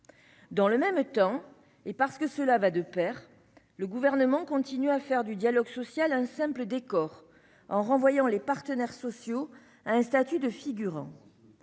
Dans le même temps, et parce que cela va de pair, le Gouvernement continue à faire du dialogue social un simple décor en renvoyant les partenaires sociaux à un statut de figurants.